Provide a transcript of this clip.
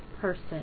person